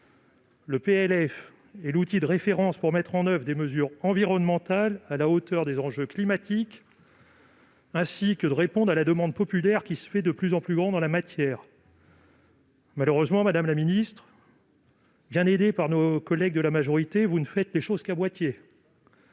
est l'outil de référence pour mettre en oeuvre des mesures environnementales à la hauteur des enjeux climatiques et pour répondre à la demande populaire, de plus en plus grande en la matière. Malheureusement, madame la ministre, bien aidée par nos collègues de la majorité sénatoriale, vous ne faites les choses qu'à moitié